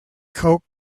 coke